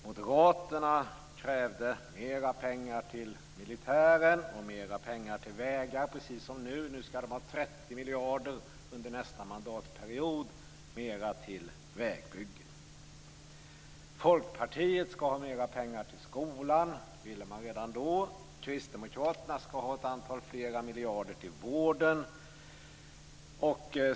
Moderaterna krävde mera pengar till militären och mera pengar till vägar - precis som nu: Nu ska de ha 30 miljarder mer under nästa mandatperiod till vägbyggen. Folkpartiet ska ha mera pengar till skolan, och det ville man redan då. Kristdemokraterna ska ha ett antal fler miljarder till vården.